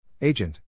Agent